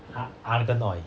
ar~ argan oil